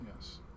yes